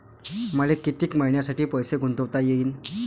मले कितीक मईन्यासाठी पैसे गुंतवता येईन?